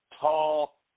tall